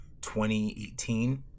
2018